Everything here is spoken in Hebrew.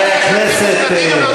חברי הכנסת, יש לנו